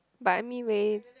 but anyway